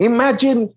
Imagine